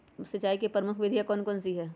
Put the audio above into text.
सिंचाई की प्रमुख विधियां कौन कौन सी है?